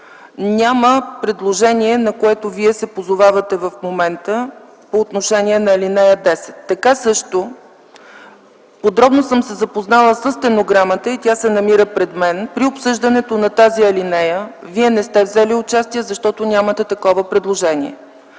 няма предложение, на което Вие се позовавате в момента по отношение на ал. 10. Така също подробно съм се запознала със стенограмата и тя се намира пред мен - при обсъждането на тази алинея Вие не сте взели участие, защото нямате такова предложение.